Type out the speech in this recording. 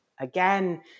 again